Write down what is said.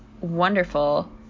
wonderful